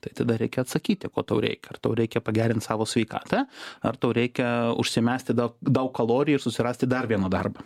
tai tada reikia atsakyti ko tau reik ar tau reikia pagerint savo sveikatą ar tau reikia užsimesti da daug kalorijų ir susirasti dar vieną darbą